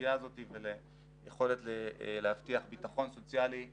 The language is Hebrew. לסוגיה הזאת וליכולת להבטיח ביטחון סוציאלי לאזרחים.